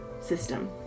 system